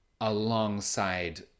alongside